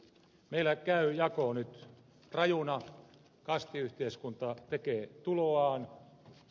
meillä käy jako nyt rajuna kastiyhteiskunta tekee tuloaan